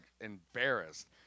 embarrassed